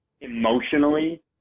emotionally